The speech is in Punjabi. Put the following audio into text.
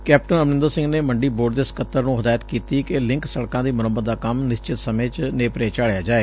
ਕੈਪਟਨ ਅਮਰਿੰਦਰ ਸਿੰਘ ਨੇ ਮੰਡੀ ਬੋਰਡ ਦੇ ਸਕੱਤਰ ਨੂੰ ਹਦਾਇਤ ਕੀਤੀ ਕਿ ਲਿੰਕ ਸਤਕਾਂ ਦੀ ਮੁਰੰਮਤ ਦਾ ਕੰਮ ਨਿਸ਼ਚਿਤ ਸਮੇਂ ਚ ਨੇਪਰੇ ਚਾੜਿਆ ਜਾਏ